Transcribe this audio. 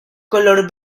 color